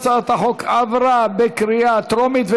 הצעת החוק עברה בקריאה טרומית,